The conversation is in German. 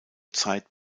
zeit